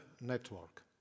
network